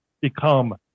become